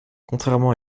contrairement